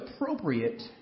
appropriate